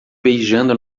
beijando